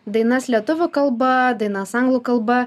dainas lietuvių kalba dainas anglų kalba